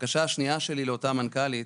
הבקשה השנייה שלי לאותה מנכ"לית